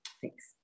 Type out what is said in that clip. Thanks